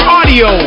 Audio